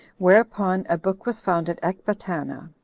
whereupon a book was found at ecbatana,